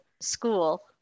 school